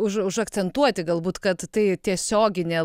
už užakcentuoti galbūt kad tai tiesioginė